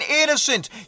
innocent